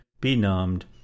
benumbed